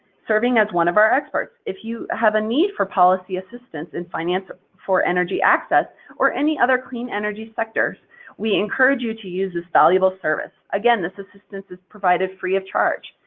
serving as one of our experts. if you have a need for policy assistance in finance for energy access or any other clean energy sectors we encourage you to use this valuable service. again, this assistance is provided free of charge.